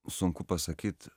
sunku pasakyt